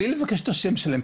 מבלי לבקש את השם שלהן,